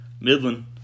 Midland